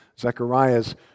Zechariah's